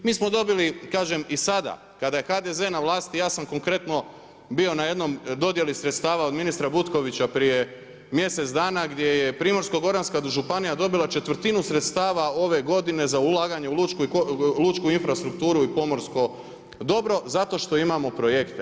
Mi smo dobili kažem i sada kada je HDZ-e na vlasti ja sam konkretno bio na jednoj dodjeli sredstava od ministra Butkovića prije mjesec dana gdje je Primorsko-goranska županija dobila 1/4 sredstava ove godine za ulaganje u lučku infrastrukturu i pomorsko dobro zato što imamo projekte.